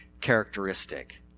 characteristic